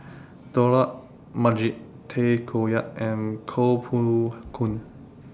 Dollah Majid Tay Koh Yat and Koh Poh Koon